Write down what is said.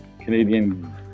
Canadian